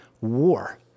war